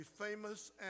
famous